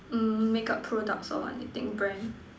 um makeup products or anything brand